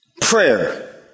prayer